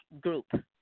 group